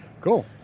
Cool